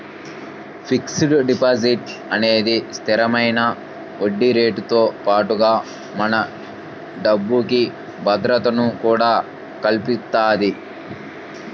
fixed deposit అనేది స్థిరమైన వడ్డీరేటుతో పాటుగా మన డబ్బుకి భద్రతను కూడా కల్పిత్తది